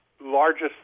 largest